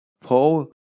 Paul